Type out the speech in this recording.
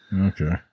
Okay